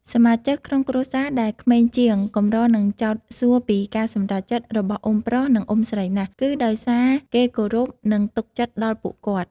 សមាជិកក្នុងគ្រួសារដែលក្មេងជាង កម្រនឹងចោទសួរពីការសម្រេចចិត្តរបស់អ៊ុំប្រុស និង អ៊ុំស្រីណាស់ គឺដោយសារគេគោរព និងទុកចិត្តដល់ពួកគាត់។